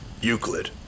Euclid